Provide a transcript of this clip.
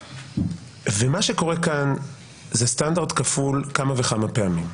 מה שקורה כאן זה סטנדרט כפול כמה וכמה פעמים: